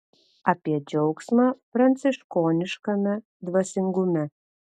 apie džiaugsmą pranciškoniškame dvasingume